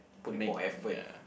make ya